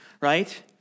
right